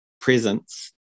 presence